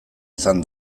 izan